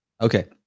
Okay